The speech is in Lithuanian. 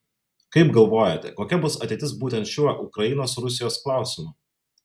kaip galvojate kokia bus ateitis būtent šiuo ukrainos rusijos klausimu